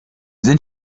sind